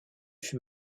fut